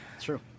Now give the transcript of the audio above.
True